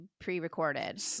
pre-recorded